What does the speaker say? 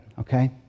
okay